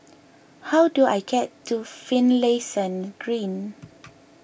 how do I get to Finlayson Green